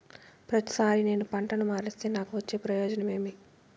ప్రతిసారి నేను పంటను మారిస్తే నాకు వచ్చే ప్రయోజనం ఏమి?